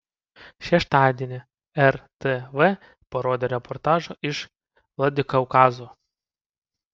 šeštadienį rtv parodė reportažą iš vladikaukazo